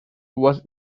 was